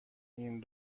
این